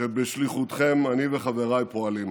שבשליחותכם אני וחבריי פועלים,